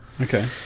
Okay